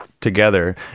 together